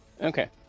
Okay